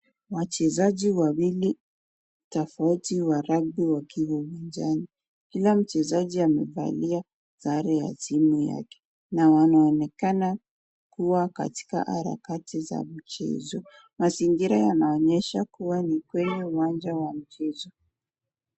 Wachezaji wawili tofauti wa rugbi wakiwa uwanjani. Kila mchezaji amevalia sare ya timu yake na wanaonekana kuwa katika harakati za mchezo. Mazingira yanaonyesha kuwa ni kwenye uwanja wa mchezo.